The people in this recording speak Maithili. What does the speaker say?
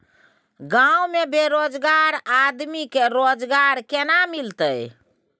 गांव में बेरोजगार आदमी के रोजगार केना मिलते?